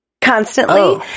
constantly